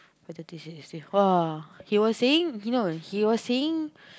after this then he say [wah] he was saying no he was saying